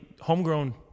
homegrown